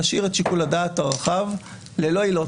להשאיר את שיקול הדעת הרחב ללא עילות.